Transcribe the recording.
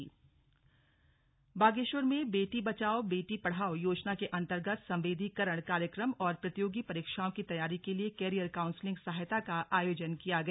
counselling सहायता बागेश्वर में बेटी बचाओ बेटी पढ़ाओ योजना के अंतर्गत संवेदीकरण कार्यक्रम और प्रतियोगी परीक्षाओं की तैयारी के लिए कैरियर काउंसलिंग सहायता का आयोजन किया गया